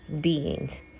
beings